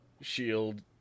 Shield